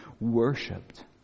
worshipped